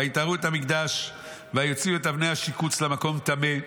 ויטהרו את המקדש ויוציאו את אבני השיקוץ למקום טמא.